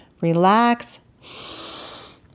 relax